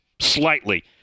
slightly